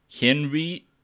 Henry